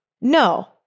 no